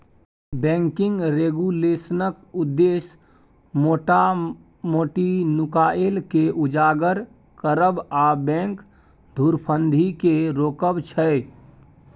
banking रेगुलेशनक उद्देश्य मोटा मोटी नुकाएल केँ उजागर करब आ बैंक धुरफंदी केँ रोकब छै